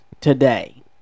today